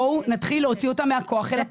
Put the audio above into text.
בואו נתחיל להוציא אותן לפועל.